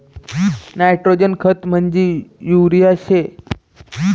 nitrogen खत म्हंजी urea शे